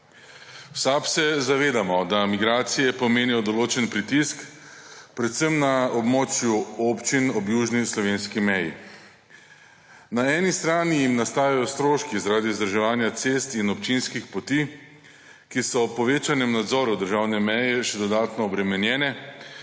V SAB se zavedamo, da migracije pomenijo določen pritisk predvsem na območju občin ob južni slovenski meji. Na eni strani jim nastajajo stroški zaradi vzdrževanja cest in občinskih poti, ki so v povečanem nadzoru državne meje še dodatno obremenjene,